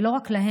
ולא רק להם,